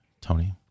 Tony